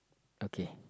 okay